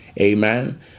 Amen